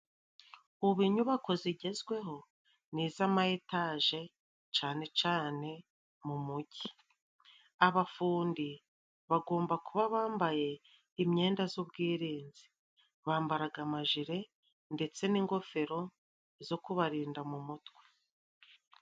Ubu inyubako zigezweho ni iz'ama etaje cane cane mu mujyi. Abafundi bagomba kuba bambaye imyenda z'ubwirinzi. bambaraga amajire ndetse n'ingofero zo kubarinda mu mutwe.